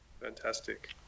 fantastic